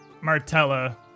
Martella